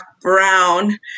brown